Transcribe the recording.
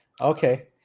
okay